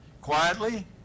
quietly